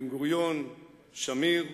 בן-גוריון ושמיר,